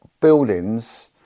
buildings